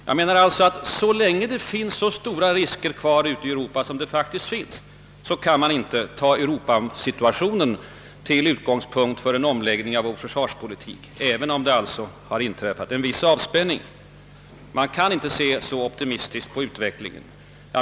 Jag menar alltså att så länge sådana stora risker finns kvar ute i Europa kan man inte ta europasituationen till utgångspunkt för en omläggning av vår försvarspolitik, även om det har inträtt en viss avspänning. Man kan inte se så optimistiskt på utvecklingen.